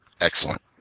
Excellent